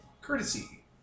courtesy